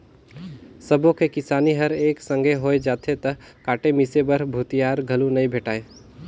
सबो के किसानी हर एके संघे होय जाथे त काटे मिसे बर भूथिहार घलो नइ भेंटाय